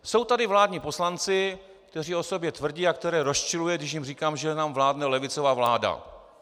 Jsou tady vládní poslanci, kteří o sobě tvrdí a které rozčiluje, když říkám, že nám vládne levicová vláda.